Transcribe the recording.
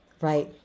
Right